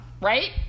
Right